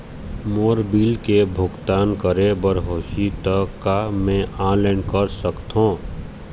मोर bill के भुगतान करे बर होही ता का मैं ऑनलाइन कर सकथों?